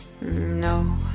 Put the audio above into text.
No